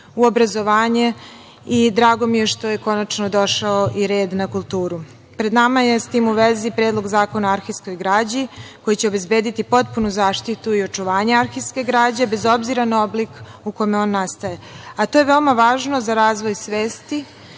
u obrazovanje i drago mi je što je konačno došao i red na kulturu. Pred nama je, sa tim u vezi Predlog zakona o arhivskoj građi koji će obezbediti potpunu zaštitu i očuvanje arhivske građe, bez obzira na oblik u kome on nastaje. To je veoma važno za razvoj svesti,